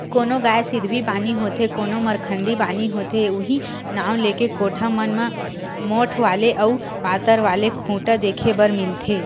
कोनो गाय सिधवी बानी होथे कोनो मरखंडी बानी होथे उहीं नांव लेके कोठा मन म मोठ्ठ वाले अउ पातर वाले खूटा देखे बर मिलथे